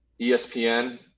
ESPN